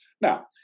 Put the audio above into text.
Now